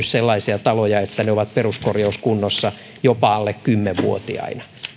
sellaisia taloja että ne ovat peruskorjauskunnossa jopa alle kymmenvuotiaina